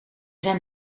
zijn